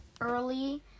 early